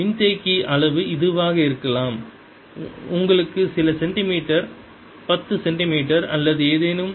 மின்தேக்கி அளவு இதுவாக இருக்கலாம் உங்களுக்கு சில சென்டிமீட்டர் 10 சென்டிமீட்டர் அல்லது ஏதேனும்